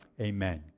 Amen